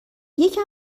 یکم